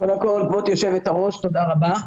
תודה רבה.